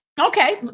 Okay